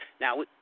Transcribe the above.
Now